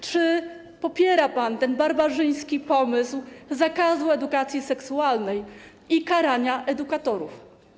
Czy popiera pan barbarzyński pomysł zakazu edukacji seksualnej i karania edukatorów?